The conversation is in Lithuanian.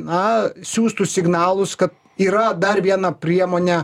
na siųstų signalus kad yra dar viena priemonė